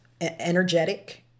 energetic